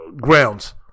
grounds